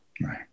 Right